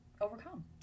overcome